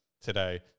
today